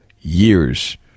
years